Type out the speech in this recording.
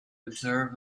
observe